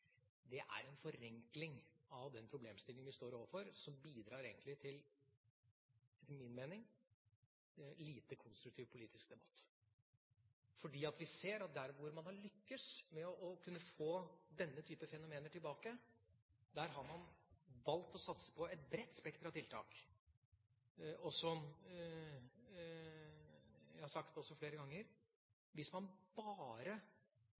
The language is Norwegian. Det er en forenkling av den problemstillingen vi står overfor, og det bidrar etter min mening til en lite konstruktiv politisk debatt. Vi ser at der hvor man har lyktes i å få redusert denne typen fenomener, har man valgt å satse på et bredt spekter av tiltak. Som jeg har sagt flere ganger: Hvis man velger å løse dette problemet ved bare